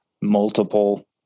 multiple